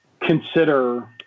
consider